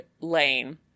lane